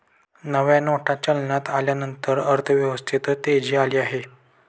नव्या नोटा चलनात आल्यानंतर अर्थव्यवस्थेत तेजी आली आहे